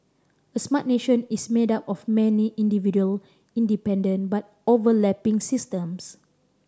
a smart nation is made up of many individual independent but overlapping systems